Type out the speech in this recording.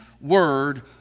word